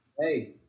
Hey